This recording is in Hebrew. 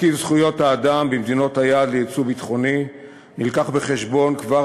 מרכיב זכויות האדם במדינות היעד לייצוא ביטחוני מובא בחשבון כבר